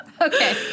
Okay